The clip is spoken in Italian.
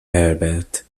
herbert